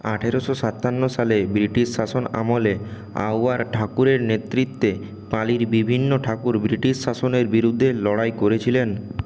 আঠারোশো সাতান্ন সালে ব্রিটিশ শাসন আমলে আউয়ার ঠাকুরের নেতৃত্বে পালির বিভিন্ন ঠাকুর ব্রিটিশ শাসনের বিরুদ্ধে লড়াই করেছিলেন